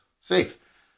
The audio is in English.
safe